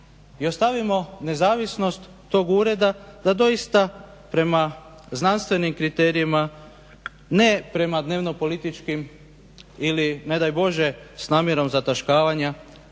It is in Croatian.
ostavimo nezavisnost tog ureda da doista prema znanstvenim kriterijima ne prema dnevno-političkim ili ne daj Bože s namjerom zataškavanja